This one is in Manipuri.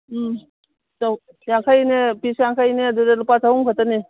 ꯎꯝ ꯌꯥꯡꯈꯩꯅꯦ ꯄꯤꯁ ꯌꯥꯡꯈꯩꯅꯦ ꯑꯗꯨꯗ ꯂꯨꯄꯥ ꯆꯍꯨꯝ ꯈꯛꯇꯅꯦ